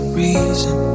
reason